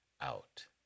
out